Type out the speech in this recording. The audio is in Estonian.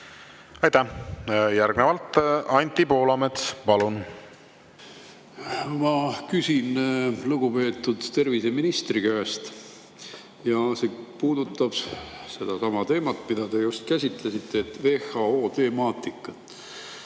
Aitäh! Järgnevalt Anti Poolamets, palun! Küsin lugupeetud terviseministri käest ja see puudutab sedasama teemat, mida te juba käsitlesite: WHO temaatikat.